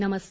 नमस्कार